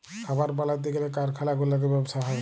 খাবার বালাতে গ্যালে কারখালা গুলাতে ব্যবসা হ্যয়